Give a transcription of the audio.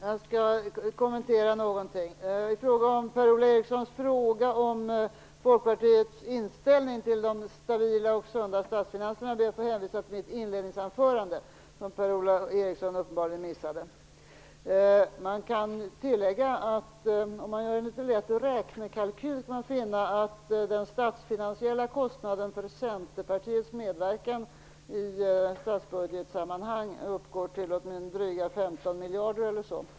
Herr talman! När det gäller Per-Ola Erikssons fråga om Folkpartiets inställning till de stabila och sunda statsfinanserna ber jag att få hänvisa till mitt inledningsanförande, som Per-Ola Eriksson uppenbarligen missade. Jag kan tillägga att om man gör en enkel kalkyl skall man finna att den statsfinansiella kostnaden för Centerpartiets medverkan i statsbudgetsammanhang uppgår till drygt 15 miljarder eller så.